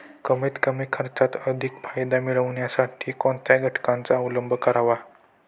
कमीत कमी खर्चात अधिक फायदा मिळविण्यासाठी कोणत्या घटकांचा अवलंब करावा?